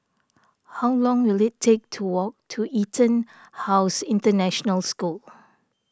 how long will it take to walk to EtonHouse International School